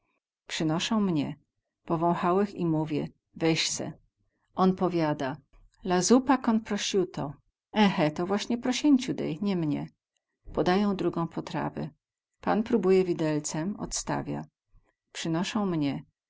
przynosą mnie powąchałech i mówię weź se on powiada la zupa kon prosiuto ehę to właśnie prosięciu dej nie mnie podają drugą potrawę pan próbuje widelcem odstawia przynoszą mnie